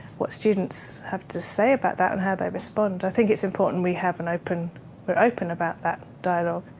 what students have to say about that, and how they respond. i think it's important that we have an open we're open about that dialogue.